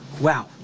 Wow